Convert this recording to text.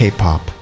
K-Pop